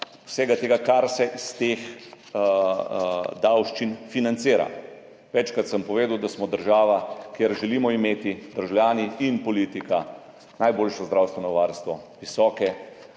vsega tega, kar se iz teh davščin financira. Večkrat sem povedal, da smo država, v kateri želimo imeti državljani in politika najboljše zdravstveno varstvo, visoke